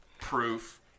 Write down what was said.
proof